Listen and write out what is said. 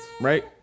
Right